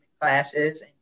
classes